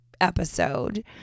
episode